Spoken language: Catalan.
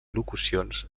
locucions